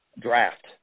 draft